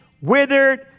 withered